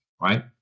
right